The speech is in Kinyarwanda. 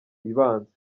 ibanza